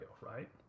right